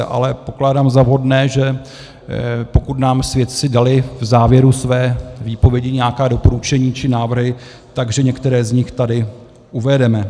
Ale pokládám za vhodné, že pokud nám svědci dali v závěru své výpovědi nějaká doporučení, či návrhy, tak že některé z nich tady uvedeme.